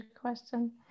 question